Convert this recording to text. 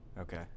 Okay